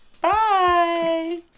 Bye